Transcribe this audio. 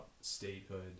statehood